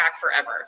forever